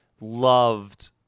loved